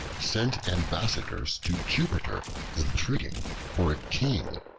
sent ambassadors to jupiter entreating for a king.